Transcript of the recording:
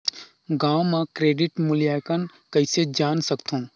गांव म क्रेडिट मूल्यांकन कइसे जान सकथव?